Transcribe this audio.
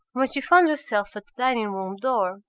when she found herself at the dining-room door,